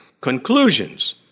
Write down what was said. conclusions